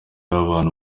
abantu